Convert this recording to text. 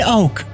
oak